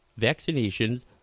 vaccinations